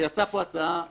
יצאה פה הצעה,